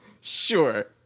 sure